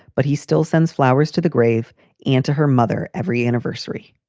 but he still sends flowers to the grave and to her mother every anniversary.